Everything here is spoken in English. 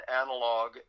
analog